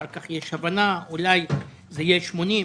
ואחר כך יש הבנה שאולי זה יהיה 80 קילומטר.